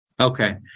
Okay